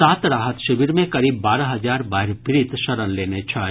सात राहत शिविर मे करीब बारह हजार बाढ़ि पीड़ित शरण लेने छथि